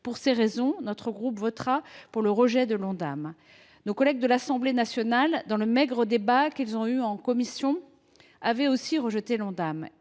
Pour ces raisons, notre groupe votera pour le rejet de l’Ondam. Nos collègues de l’Assemblée nationale, lors du maigre débat auquel ils ont eu droit en commission, avaient aussi rejeté l’Ondam